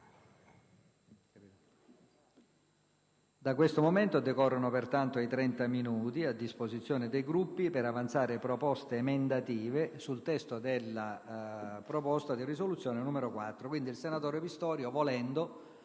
Da questo momento decorrono i 30 minuti a disposizione dei Gruppi per avanzare proposte emendative sul testo della proposta di risoluzione n. 4.